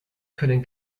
können